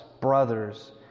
brothers